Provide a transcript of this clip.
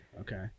okay